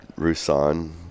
Roussan